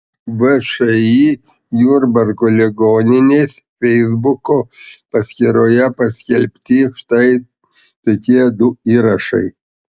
všį jurbarko ligoninės feisbuko paskyroje paskelbti štai tokie du įrašai